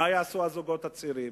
מה יעשו הזוגות הצעירים?